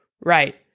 right